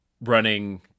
running